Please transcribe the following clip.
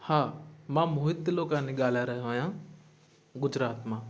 हा मां मोहित तिलोकानी ॻाल्हाए रहियो आहियां गुजरात मां